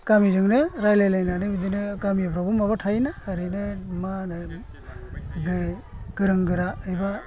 गामिजोंनो रायलाय लायनानै बिदिनो गामिफ्रावबो माबा थायोना एरैनो मा हानो गोरों गोरा एबा